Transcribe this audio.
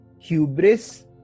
hubris